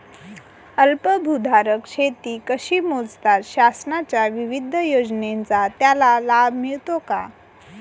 अल्पभूधारक शेती कशी मोजतात? शासनाच्या विविध योजनांचा त्याला लाभ मिळतो का?